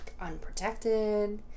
unprotected